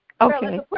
Okay